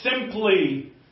simply